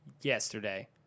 yesterday